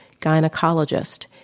gynecologist